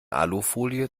alufolie